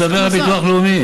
הוא מדבר על ביטוח לאומי.